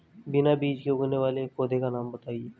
बिना बीज के उगने वाले एक पौधे का नाम बताइए